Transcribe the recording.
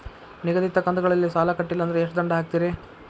ನಿಗದಿತ ಕಂತ್ ಗಳಲ್ಲಿ ಸಾಲ ಕಟ್ಲಿಲ್ಲ ಅಂದ್ರ ಎಷ್ಟ ದಂಡ ಹಾಕ್ತೇರಿ?